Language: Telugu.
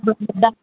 బా బాయ్